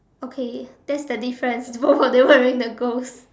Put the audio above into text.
okay that's the difference both of them wearing the ghost